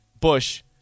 Bush